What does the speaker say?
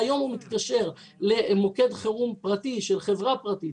והיום הוא מתקשר למוקד חירום פרטי של חברה פרטית,